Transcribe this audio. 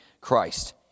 Christ